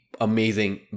amazing